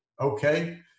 Okay